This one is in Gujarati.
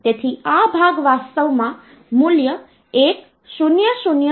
તેથી આ ભાગ વાસ્તવમાં મૂલ્ય 1000h છે